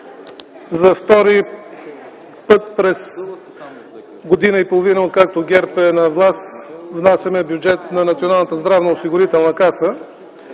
За втори път, откакто от година и половина ГЕРБ е на власт, внасяме бюджета на Националната здравноосигурителна каса.